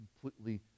completely